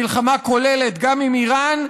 למלחמה כוללת גם עם איראן,